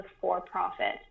for-profit